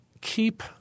keep –